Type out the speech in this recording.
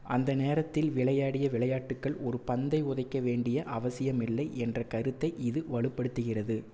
அந்த நேரத்தில் விளையாடிய விளையாட்டுகள் ஒரு பந்தை உதைக்க வேண்டிய அவசியமில்லை என்ற கருத்தை இது வலுப்படுத்துகிறது